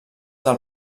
del